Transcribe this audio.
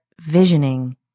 visioning